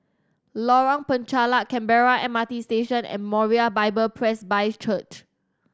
Lorong Penchalak Canberra M R T Station and Moriah Bible Presby Church